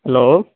hello